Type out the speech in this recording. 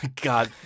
god